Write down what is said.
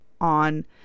on